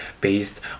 based